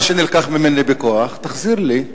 מה שנלקח ממני בכוח, תחזיר לי,